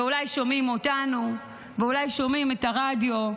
ואולי שומעים אותנו ואולי שומעים את הרדיו,